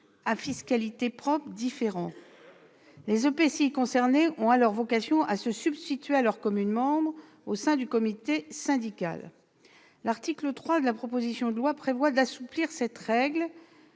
à fiscalité propre différents. Les EPCI concernés ont alors vocation à se substituer à leurs communes membres au sein du comité syndical. L'article 3 de la proposition de loi prévoit un assouplissement de